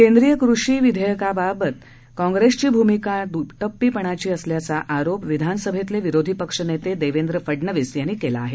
केंद्रीय कृषी विधेयकाबाबत काँग्रेसची भूमिका द्टप्पीपणाची असल्याचा आरोप विधानसभेतले विरोधी पक्षनेते देवेंद्र फडनवीस यांनी केलं आहे